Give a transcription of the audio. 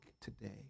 today